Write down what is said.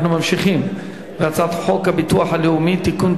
אנחנו ממשיכים בסדר-היום: הצעת חוק הביטוח הלאומי (תיקון,